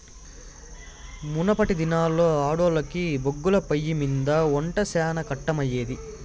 మునపటి దినాల్లో ఆడోల్లకి బొగ్గుల పొయ్యిమింద ఒంట శానా కట్టమయ్యేది